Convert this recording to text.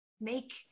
make